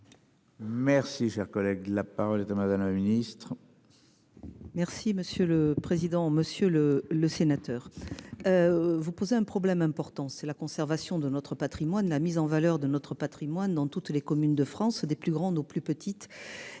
Merci, cher collègue, la parole est Madonna Ministre. Merci monsieur le président, Monsieur le le sénateur. Vous poser un problème important, c'est la conservation de notre Patrimoine la mise en valeur de notre Patrimoine dans toutes les communes de France des plus grandes aux plus petites